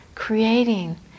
creating